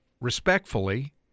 respectfully